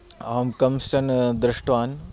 अहं कंश्चन् दृष्ट्वान्